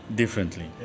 differently